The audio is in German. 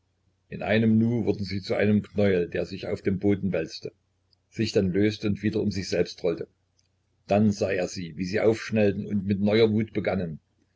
in einem nu wurden sie zu einem knäuel der sich auf dem boden wälzte sich dann löste und wieder um sich selbst rollte dann sah er sie wie sie aufschnellten und mit neuer wut begannen